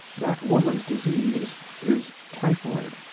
that woman's disease is typhoid!